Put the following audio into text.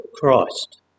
Christ